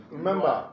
Remember